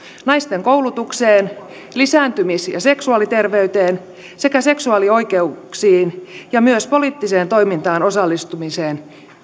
naisten koulutukseen lisääntymis ja seksuaaliterveyteen sekä seksuaalioikeuksiin ja myös poliittiseen toimintaan osallistumiseen